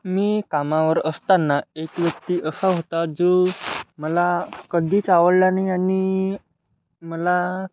मी कामावर असताना एक व्यक्ती असा होता जो मला कधीच आवडला नाही आणि मला